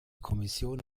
kommission